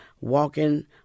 Walking